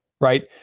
right